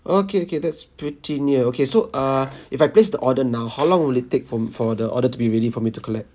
okay okay that's pretty near okay so err if I place the order now how long will it take from for the order to be ready for me to collect